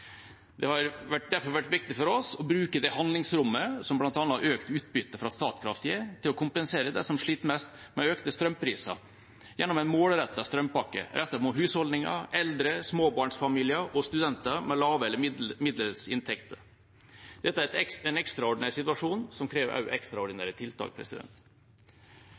Det har derfor vært viktig for oss å bruke det handlingsrommet som bl.a. økt utbytte fra Statkraft gir, til å kompensere dem som sliter mest med økte strømpriser, gjennom en målrettet strømpakke rettet mot husholdninger, eldre, småbarnsfamilier og studenter med lave eller middels inntekter. Dette er en ekstraordinær situasjon som også krever ekstraordinære tiltak.